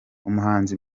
umuhanzi